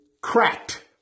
cracked